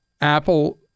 Apple